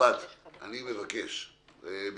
אני חושב שזה נכון בשיתוף עם